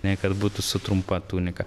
nei kad būtų su trumpa tunika